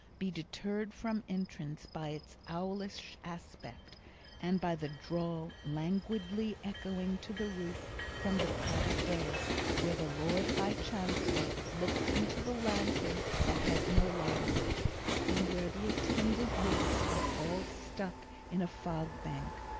be deterred from entrance by its owlish aspect and by the drawl, languidly echoing to the roof from the padded dais where the lord high chancellor looks into the lantern that has no light in it and where the attendant wigs are all stuck in a fog-bank!